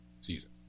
season